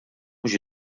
mhux